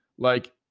like,